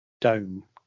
dome